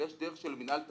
אלא יש דרך של מינהל תקין,